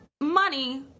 money